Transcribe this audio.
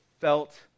felt